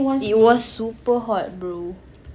it was super hot bro